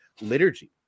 liturgy